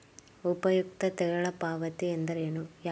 ಉಪಯುಕ್ತತೆಗಳ ಪಾವತಿ ಎಂದರೇನು?